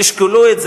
ותשקלו את זה,